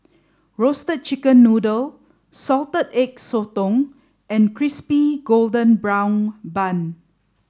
roasted chicken noodle salted egg sotong and Crispy Golden Brown Bun